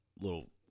little –